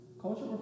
Culture